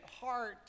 heart